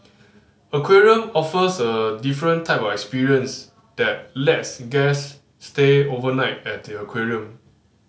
aquarium offers a different type of experience that lets guest stay overnight at the aquarium